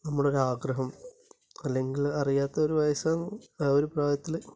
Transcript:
നമ്മുടെ ഒരാഗ്രഹം അല്ലെങ്കിൽ അറിയാത്ത ഒരു വയസ്സാ ആ ഒരു പ്രായത്തില്